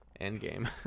endgame